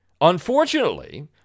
Unfortunately